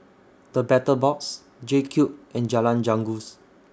The Battle Box JCube and Jalan Janggus